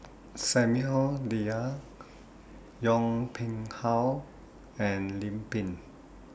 Samuel Dyer Yong How and Lim Pin